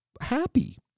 happy